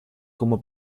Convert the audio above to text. como